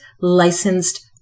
licensed